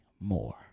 more